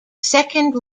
second